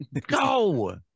Go